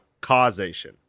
causation